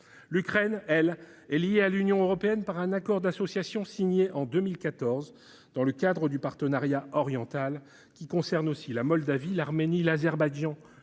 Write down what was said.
L'Ukraine, elle, est liée à l'Union européenne par un accord d'association signé en 2014 dans le cadre du partenariat oriental, qui concerne aussi la Moldavie, l'Arménie, l'Azerbaïdjan,